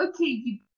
okay